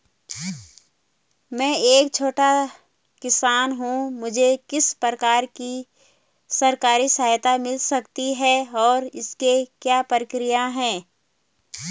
मैं एक छोटा किसान हूँ मुझे किस प्रकार की सरकारी सहायता मिल सकती है और इसकी क्या प्रक्रिया है?